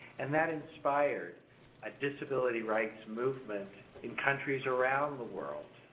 and that inspired a disability rights movement in countries around the world.